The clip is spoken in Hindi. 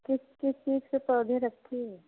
किस किस के पौधे रखे हैं